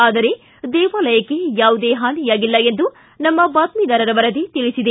ಆದರೆ ದೇವಾಲಯಕ್ಕೆ ಯಾವುದೇ ಹಾನಿಯಾಗಿಲ್ಲ ಎಂದು ನಮ್ಮ ಬಾತ್ಸಿದಾರರ ವರದಿ ತಿಳಿಸಿದೆ